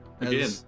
Again